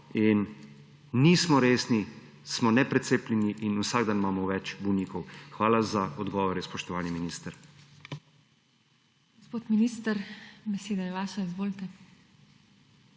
in nismo resni, smo neprecepljeni in vsak dan imamo več bolnikov. Hvala za odgovore, spoštovani minister.